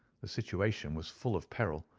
the situation was full of peril.